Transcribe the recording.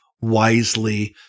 wisely